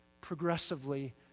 progressively